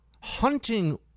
hunting